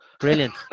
Brilliant